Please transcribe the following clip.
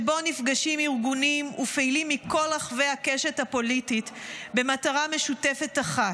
ובו נפגשים ארגונים ופעילים מכל רחבי הקשת הפוליטית במטרה משותפת אחת: